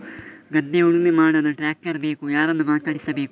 ಗದ್ಧೆ ಉಳುಮೆ ಮಾಡಲು ಟ್ರ್ಯಾಕ್ಟರ್ ಬೇಕು ಯಾರನ್ನು ಮಾತಾಡಿಸಬೇಕು?